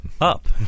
Up